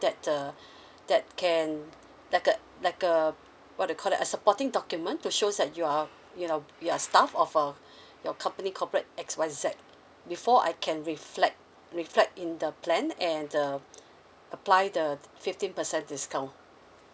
that uh that can like a like a what do you call that a supporting document to shows that you are you are you are staff of uh your company corporate X Y Z before I can reflect reflect in the plan and uh apply the fifteen percent discount